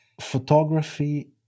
Photography